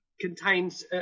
contains